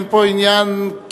אין פה כמעט עניין פוליטי.